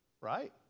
right